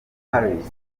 paris